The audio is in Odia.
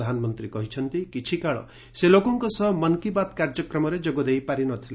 ପ୍ରଧାନମନ୍ତ୍ରୀ କହିଛନ୍ତି କିଛିକାଳ ସେ ଲୋକଙ୍କ ସହ ମନ୍ କି ବାତ୍ କାର୍ଯ୍ୟକ୍ରମରେ ଯୋଗଦେଇ ପାରିନଥିଲେ